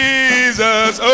Jesus